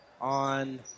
on